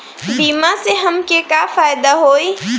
बीमा से हमके का फायदा होई?